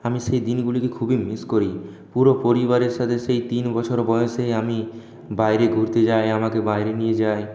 আমি সেই দিনগুলিকে খুবই মিস করি পুরো পরিবারের সাথে সেই তিন বছর বয়সে আমি বাইরে ঘুরতে যাই আমাকে বাইরে নিয়ে যায়